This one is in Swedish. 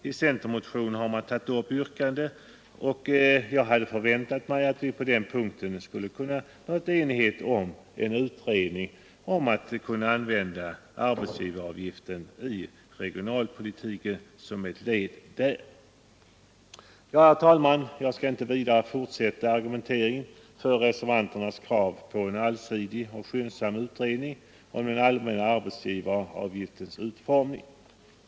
Yrkandet har som sagt tagits upp i centermotionen, och jag hade förväntat mig att vi skulle kunnat nå enighet om en utredning om hur arbetsgivaravgiften skulle kunna användas som ett led i regionalpolitiken. Herr talman! Jag skall inte vidare fortsätta argumenteringen för reservanternas krav på en allsidig och skyndsam utredning om den allmänna arbetsgivaravgiftens utformning.